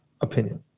opinion